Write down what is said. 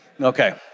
Okay